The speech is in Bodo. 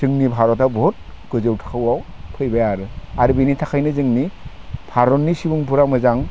जोंनि भारता बहुद गोजौ थाखोआव फैबाय आरो आरो बेनि थाखायनो जोंनि भारतनि सिङाव फुरा मोजां